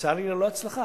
לצערי ללא הצלחה.